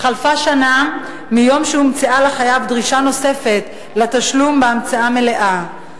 חלפה שנה מיום שהומצאה לחייב דרישה נוספת לתשלום בהמצאה מלאה,